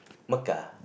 Mecca